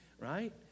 right